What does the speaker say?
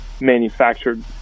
manufactured